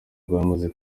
rwamaze